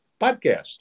podcast